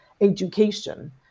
education